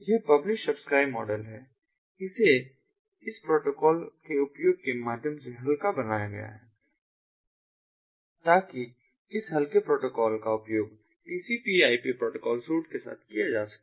यह publish subscribe model है इसे इस प्रोटोकॉल के उपयोग के माध्यम से हल्का बनाया गया है ताकि इस हल्के प्रोटोकॉल का उपयोग TCP IPटीसीपी आईपी प्रोटोकॉल सूट के साथ किया जा सके